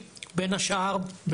בין השאר,